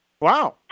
Wow